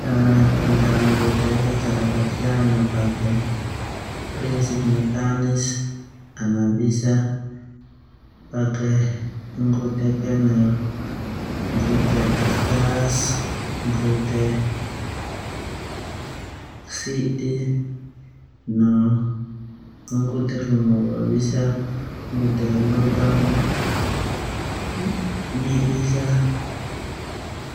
Cara kerja gunggutek ia cara kerja a pake prinsip mekanis. Ana bisa pake gunggutek, gunggutek kertas, gunggutek sik ti no, gunggutek kain no, bisa gunggutek logam bi isa,